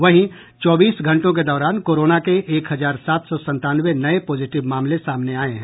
वहीं चौबीस घंटों के दौरान कोरोना के एक हजार सात सौ संतानवे नए पॉजिटिव मामले सामने आये हैं